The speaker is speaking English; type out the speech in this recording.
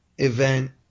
event